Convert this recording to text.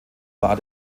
war